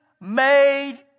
made